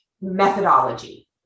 methodology